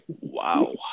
Wow